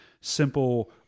simple